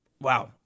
Wow